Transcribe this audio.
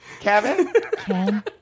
Kevin